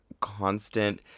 constant